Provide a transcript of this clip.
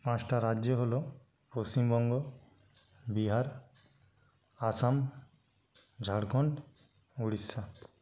পাঁচটা রাজ্য হলো পশ্চিমবঙ্গ বিহার আসাম ঝাড়খন্ড উড়িষ্যা